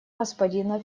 господина